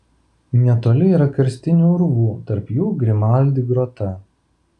netoli yra karstinių urvų tarp jų grimaldi grota